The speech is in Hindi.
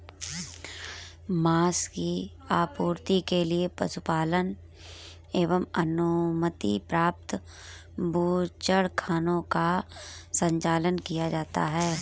माँस की आपूर्ति के लिए पशुपालन एवं अनुमति प्राप्त बूचड़खानों का संचालन किया जाता है